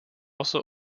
also